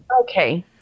okay